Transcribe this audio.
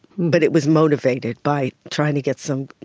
but it was motivated by trying to get some